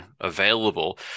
available